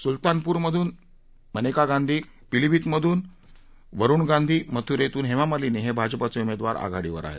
सुलतानपूरमधून मेनका गांधी पिली भीतमधून वरुण गांधी मथुरेमधून हेमा मालिनी हे भाजपाचे उमेदवार आघाडीवर आहेत